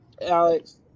Alex